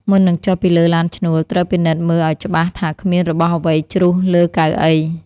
មុននឹងចុះពីលើឡានឈ្នួល ត្រូវពិនិត្យមើលឱ្យច្បាស់ថាគ្មានរបស់អ្វីជ្រុះលើកៅអី។